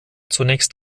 zunächst